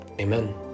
Amen